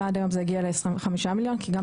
ועד היום הזה הגיע ל-25 מיליון כי גם